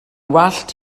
wallt